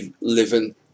living